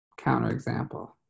counterexample